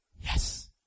Yes